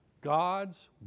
God's